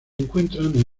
encuentran